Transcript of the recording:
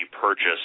purchased